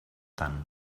tant